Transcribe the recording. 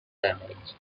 damaged